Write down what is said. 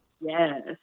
Yes